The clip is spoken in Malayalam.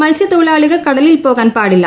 മൽസ്യ തൊഴിലാളികൾ കടലിൽ പോകാൻ പാടില്ല